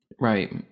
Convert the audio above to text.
Right